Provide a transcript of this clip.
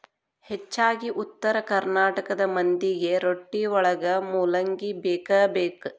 ಹೆಚ್ಚಾಗಿ ಉತ್ತರ ಕರ್ನಾಟಕ ಮಂದಿಗೆ ರೊಟ್ಟಿವಳಗ ಮೂಲಂಗಿ ಬೇಕಬೇಕ